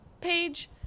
page